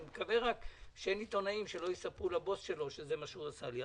אני מקווה שאין עיתונאים שלא יספרו לבוס שלו שזה מה שהוא עשה לי.